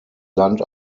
land